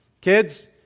Kids